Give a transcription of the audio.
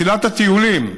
מסילת הטיולים,